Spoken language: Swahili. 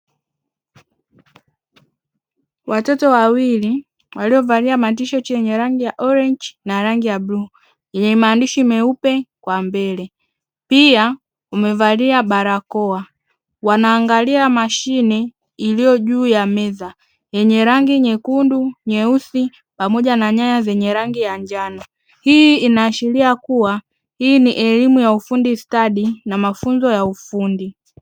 Watoto wawili waliovalia matisheti ya rangi ya orenji na rangi ya bluu yenye maandishi meupe kwa mbele pia wamevalia barakoa wanaangalia mashine iliyo juu ya meza yenye rangi nyekundu, nyeusi pamoja na nyaya zenye rangi ya njano hii inaashiria kuwa hii ni elimu ya ufundi stadi na mafunzo ya ufundi.